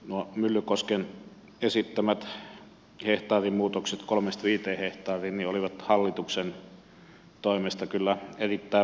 nuo myllykosken esittämät hehtaarimuutokset kolmesta viiteen hehtaariin olivat hallituksen toimesta kyllä erittäin valitettavia